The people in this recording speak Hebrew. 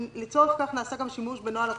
ולצורך כך נעשה גם שימוש בנוהל הכספת.